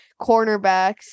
cornerbacks